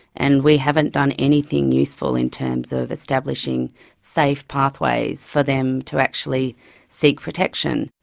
and we haven't done anything useful in terms of establishing safe pathways for them to actually seek protection.